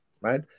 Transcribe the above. right